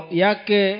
yake